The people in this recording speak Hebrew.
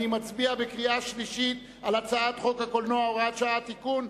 אני מצביע בקריאה שלישית על הצעת חוק הקולנוע (הוראת שעה) (תיקון),